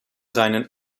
seinen